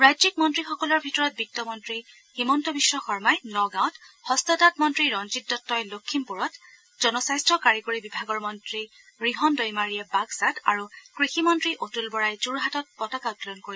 ৰাজ্যিক মন্ত্ৰীসকলৰ ভিতৰত বিত্তমন্ত্ৰী হিমন্ত বিধ্ব শৰ্মহি নগাঁৱত হস্ততীত মন্তী ৰঞ্জিত দত্তই লখিমপুৰত জনস্বাস্থ্য কাৰিকৰী বিভাগৰ মন্ত্ৰী ৰিহণ দৈমাৰীয়ে বাক্সাত আৰু কৃষিমন্ত্ৰী অতূল বৰাই যোৰহাটত পতাকা উত্তোলন কৰিব